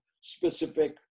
specific